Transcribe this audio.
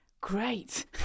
Great